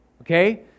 Okay